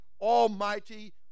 almighty